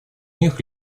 них